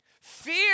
Fear